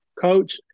Coach